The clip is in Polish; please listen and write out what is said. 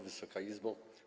Wysoka Izbo!